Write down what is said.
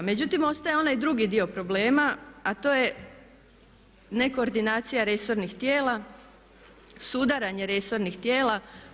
Međutim, ostaje onaj drugi dio problema, a to je nekoordinacija resornih tijela, sudaranje resornih tijela.